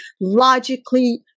logically